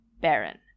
Baron